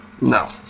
No